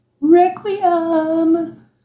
Requiem